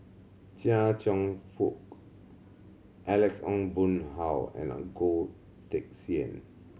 Chia Cheong Fook Alex Ong Boon Hau and Goh Teck Sian